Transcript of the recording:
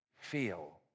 feel